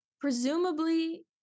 presumably